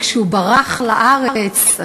כשהוא ברח לארץ,